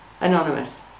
anonymous